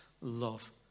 love